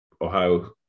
Ohio